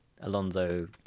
Alonso